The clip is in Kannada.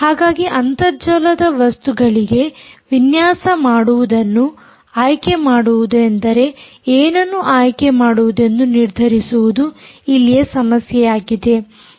ಹಾಗಾಗಿ ಅಂತರ್ಜಾಲದ ವಸ್ತುಗಳಿಗೆ ವಿನ್ಯಾಸ ಮಾಡುವುದನ್ನು ಆಯ್ಕೆ ಮಾಡುವುದು ಅಂದರೆ ಏನನ್ನು ಆಯ್ಕೆ ಮಾಡುವುದೆಂದು ನಿರ್ಧರಿಸುವುದು ಇಲ್ಲಿಯ ಸಮಸ್ಯೆಯಾಗಿದೆ